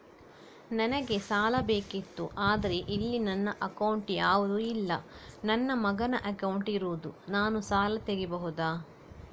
ನನಗೆ ಸಾಲ ಬೇಕಿತ್ತು ಆದ್ರೆ ಇಲ್ಲಿ ನನ್ನ ಅಕೌಂಟ್ ಯಾವುದು ಇಲ್ಲ, ನನ್ನ ಮಗನ ಅಕೌಂಟ್ ಇರುದು, ನಾನು ಸಾಲ ತೆಗಿಬಹುದಾ?